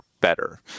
better